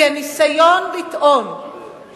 כי הניסיון לטעון,